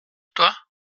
toi